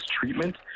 treatment